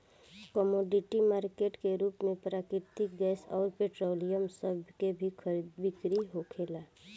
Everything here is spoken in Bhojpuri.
कमोडिटी मार्केट के रूप में प्राकृतिक गैस अउर पेट्रोलियम सभ के भी खरीद बिक्री होखेला